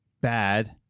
bad